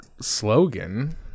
slogan